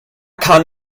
kann